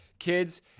Kids